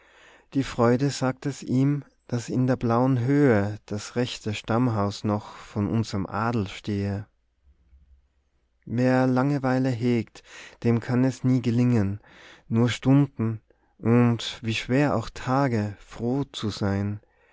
die freude sagt es ihm dass in der blauen höhe das rechte stammhaus noch von unserm adel stehe wer langeweile hegt dem kann es nie gelingen nur stunden und wie schwer auch tage froh zu sein